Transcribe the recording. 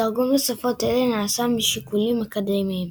התרגום לשפות אלה נעשה משיקולים אקדמיים.